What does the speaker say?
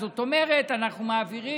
זאת אומרת, אנחנו מעבירים,